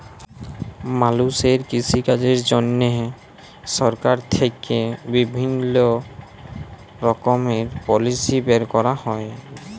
মালুষের কৃষিকাজের জন্হে সরকার থেক্যে বিভিল্য রকমের পলিসি বের ক্যরা হ্যয়